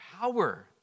power